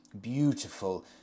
beautiful